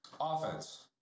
offense